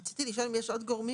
רציתי לשאול אם יש עוד גורמים,